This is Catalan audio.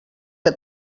que